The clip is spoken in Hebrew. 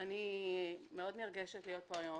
אני נרגשת מאוד להיות פה היום,